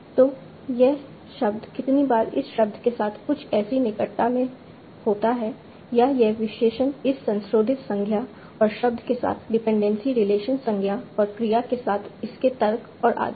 तो यह शब्द कितनी बार इस शब्द के साथ कुछ ऐसी निकटता में होता है या यह विशेषण इस संशोधित संज्ञा और शब्द के साथ डिपेंडेंसी रिलेशन संज्ञा और क्रिया के साथ इसके तर्क और आदि